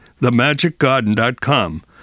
themagicgarden.com